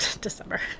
December